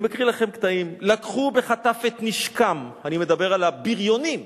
אני מקריא לכם קטעים: "לקחו בחטף את נשקם" אני מדבר על ה"בריונים"